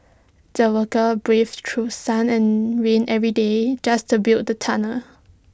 the workers braved through sun and rain every day just to build the tunnel